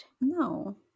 No